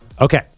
Okay